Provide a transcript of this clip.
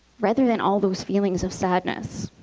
rather than all those feelings of sadness.